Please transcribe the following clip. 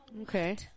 Okay